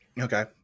okay